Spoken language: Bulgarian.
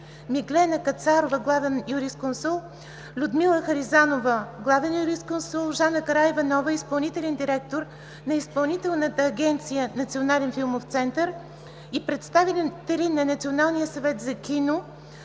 Миглена Кацарова – главен юрисконсулт, Людмила Харизанова – главен юрисконсулт, Жана Караиванова – изпълнителен директор на Изпълнителната агенция „Национален филмов център“, и представители от Националния съвет за кино,